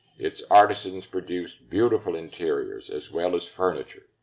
its artisans produced beautiful interiors, as well as furniture.